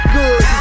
good